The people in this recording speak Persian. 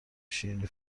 شیرینی